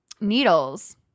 Needles